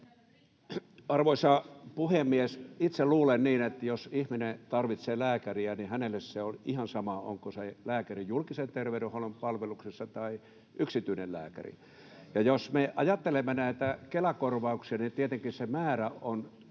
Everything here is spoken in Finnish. Arvoisa puhemies! Itse luulen niin, että jos ihminen tarvitsee lääkäriä, niin hänelle se on ihan sama, onko se lääkäri julkisen terveydenhuollon palveluksessa tai yksityinen lääkäri. Jos me ajattelemme näitä Kela-korvauksia, niin tietenkin on